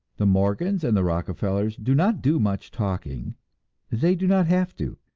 the morgans and the rockefellers do not do much talking they do not have to.